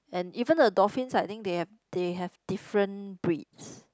and even the dolphins I think they have they have different breeds